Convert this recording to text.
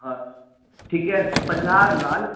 हा ठीकु आहे पंजाहु लाल